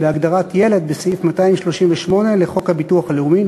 בהגדרת "ילד" בסעיף 238 לחוק הביטוח הלאומי ,